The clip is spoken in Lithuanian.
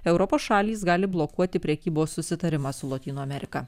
europos šalys gali blokuoti prekybos susitarimą su lotynų amerika